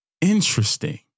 interesting